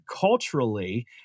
culturally